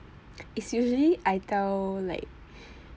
is usually I tell like